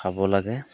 খাব লাগে